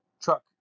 truck